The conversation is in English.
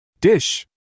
Dish